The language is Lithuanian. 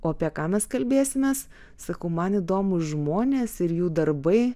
apie ką mes kalbėsimės sakau man įdomūs žmonės ir jų darbai